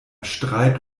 streit